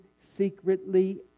secretly